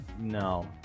no